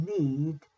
need